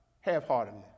half-heartedly